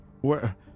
Where